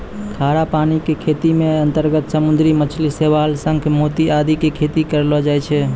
खारा पानी के खेती के अंतर्गत समुद्री मछली, शैवाल, शंख, मोती आदि के खेती करलो जाय छै